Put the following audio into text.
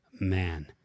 man